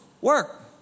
work